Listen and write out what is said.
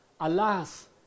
Alas